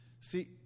see